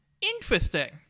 interesting